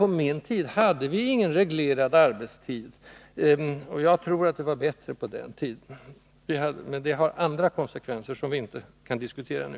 På min tid hade vi ingen reglerad arbetstid, och jag tror att det var bättre på den tiden. Men detta förutsätter ett annat system, som vi inte kan diskutera nu.